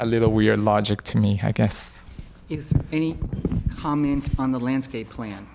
a little we're logic to me i guess it's any comment on the landscape plan